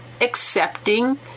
accepting